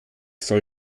soll